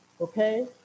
okay